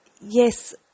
yes